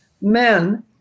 men